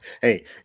Hey